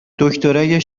دکترای